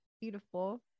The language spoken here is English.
Beautiful